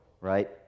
right